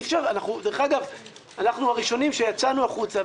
דרך אגב, אנחנו הראשונים שיצאנו החוצה